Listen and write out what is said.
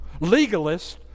Legalists